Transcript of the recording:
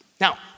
Now